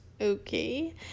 Okay